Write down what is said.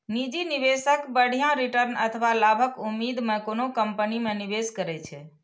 निजी निवेशक बढ़िया रिटर्न अथवा लाभक उम्मीद मे कोनो कंपनी मे निवेश करै छै